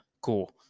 cool